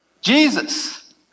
Jesus